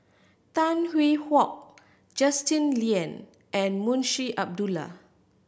Tan Hwee Hock Justin Lean and Munshi Abdullah